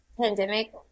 pandemic